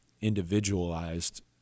individualized